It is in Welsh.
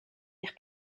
eich